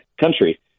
country